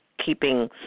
Keeping